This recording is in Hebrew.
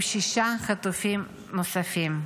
עם שישה חטופים נוספים.